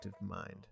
Mind